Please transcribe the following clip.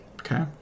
Okay